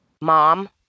Mom